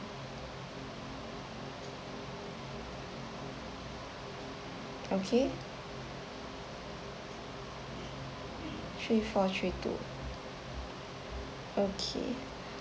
okay three four three two okay